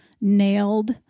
nailed